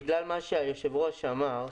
בגלל מה שהיושב-ראש אמר,